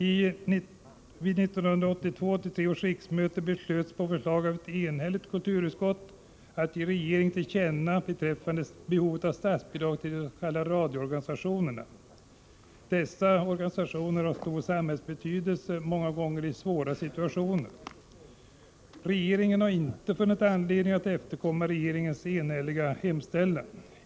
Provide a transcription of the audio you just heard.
1982/83 års riksmöte beslöt på förslag av ett enhälligt kulturutskott att göra ett tillkännagivande till regeringen beträffande behovet av statsbidrag till de s.k. radioorganisationerna. Dessa har stor samhällsbetydelse i många svåra situationer. Regeringen har dock inte funnit anledning att efterkomma riksdagens enhälliga hemställan.